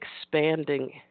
expanding